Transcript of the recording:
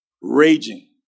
raging